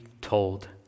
told